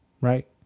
Right